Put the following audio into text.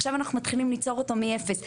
עכשיו אננו מתחילים ליצור אותו מאפס,